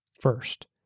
first